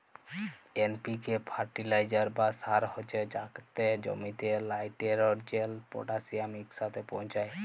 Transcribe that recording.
NPK fertiliser বা সার হছে যাতে জমিতে লাইটেরজেল, পটাশিয়াম ইকসাথে পৌঁছায়